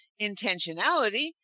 intentionality